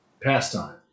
Pastime